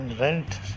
rent